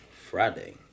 Friday